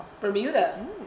Bermuda